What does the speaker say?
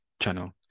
channel